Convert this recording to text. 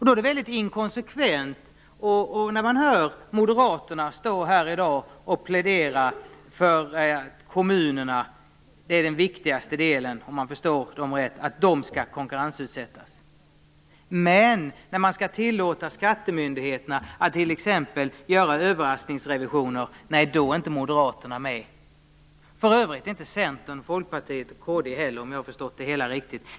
Då är det väldigt inkonsekvent att göra som moderaterna, plädera för att det är kommunerna som är den viktigaste delen att konkurrensutsätta, om man förstår dem rätt. Men när man skall tillåta skattemyndigheterna att t.ex. göra överraskningsrevisioner, nej, då är inte moderaterna med. För övrigt inte Centern, Folkpartiet och Kristdemokraterna heller, om jag har förstått det hela rätt.